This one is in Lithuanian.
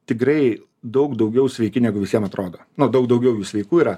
tikrai daug daugiau sveiki negu visiem atrodo daug daugiau jų sveikų yra